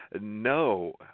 no